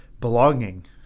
belonging